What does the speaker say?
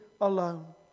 alone